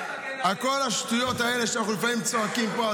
על כל השטויות האלה שאנחנו לפעמים צועקים פה,